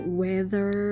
weather